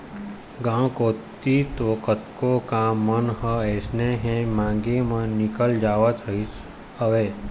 गांव कोती तो कतको काम मन ह अइसने ही मांगे म निकल जावत रहिस हवय